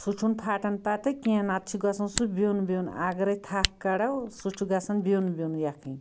سُہ چھُ نہٕ پھَٹان پَتہٕ کیٚنٛہہ نَتہٕ چھُ گَژھان سُہ بیٛوٚن بیٛوٚن اگرے تھکھ کَڈو سُہ چھُ گَژھان بیٛوٚن بیٛوٚن یَکھنۍ